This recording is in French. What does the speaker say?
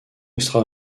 extra